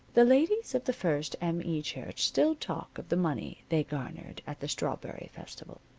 the ladies of the first m. e. church still talk of the money they garnered at the strawberry festival.